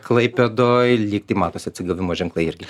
klaipėdoj lyg tai matos atsigavimo ženklai irgi